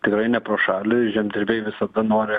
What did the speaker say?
tikrai ne pro šalį žemdirbiai visada nori